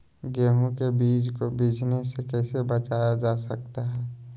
गेंहू के बीज को बिझने से कैसे बचाया जा सकता है?